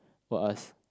will ask